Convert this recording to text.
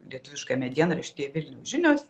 lietuviškame dienraštyje vilniaus žinios